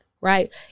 right